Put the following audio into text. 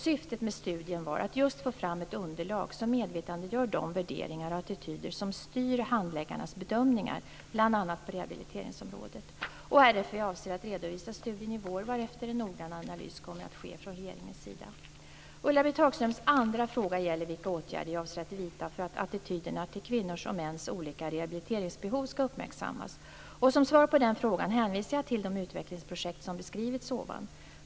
Syftet med studien var just att få fram ett underlag som medvetandegör de värderingar och attityder som styr handläggarnas bedömningar, bl.a. på rehabiliteringsområdet. RFV avser att redovisa studien i vår varefter en noggrann analys kommer att ske från regeringens sida. Ulla-Britt Hagströms andra fråga gäller vilka åtgärder jag avser att vidta för att attityderna till kvinnors och mäns olika rehabiliteringsbehov skall uppmärksammas. Som svar på den frågan hänvisar jag till de utvecklingsprojekt som jag beskrivit tidigare.